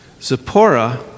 Zipporah